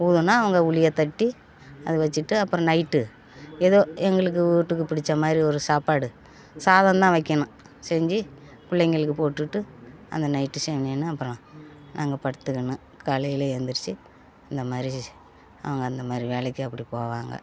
ஊதுனால் அவங்க உளியை தட்டி அது வச்சிட்டு அப்புறம் நைட்டு ஏதோ எங்களுக்கு வீட்டுக்கு பிடிச்சமாரி ஒரு சாப்பாடு சாதம் தான் வைக்கணும் செஞ்சு பிள்ளைங்களுக்கு போட்டுட்டு அந்த நைட்டு செஞ்சுனு அப்புறம் நாங்கள் படுத்துக்கணும் காலையில் எந்திரிச்சு இந்தமாதிரி அவங்க இந்தமாதிரி வேலைக்கு அப்படி போவாங்க